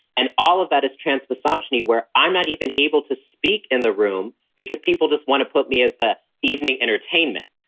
and all of that is trans misogyny, where i'm not even able to speak in the room because people just want to put me as the evening entertainment.